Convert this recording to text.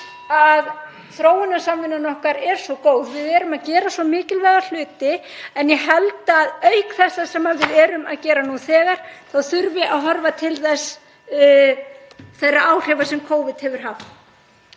að þróunarsamvinnan okkar er svo góð. Við erum að gera svo mikilvæga hluti. En ég held að auk þess sem við erum að gera nú þegar þurfi að horfa til þeirra áhrifa sem Covid hefur haft.